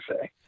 say